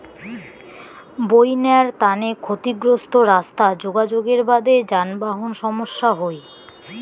বইন্যার তানে ক্ষতিগ্রস্ত রাস্তা যোগাযোগের বাদে যানবাহন সমস্যা হই